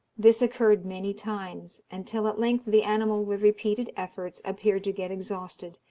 this occurred many times, until at length the animal with repeated efforts appeared to get exhausted,